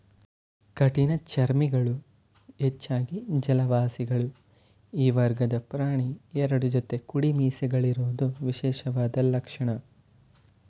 ಕಠಿಣಚರ್ಮಿಗಳು ಹೆಚ್ಚಾಗಿ ಜಲವಾಸಿಗಳು ಈ ವರ್ಗದ ಪ್ರಾಣಿ ಎರಡು ಜೊತೆ ಕುಡಿಮೀಸೆಗಳಿರೋದು ವಿಶೇಷವಾದ ಲಕ್ಷಣ